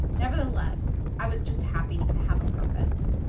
nevertheless, i was just happy to have a purpose.